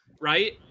right